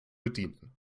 bedienen